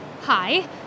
Hi